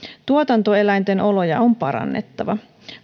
tuotantoeläinten oloja on parannettava